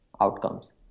outcomes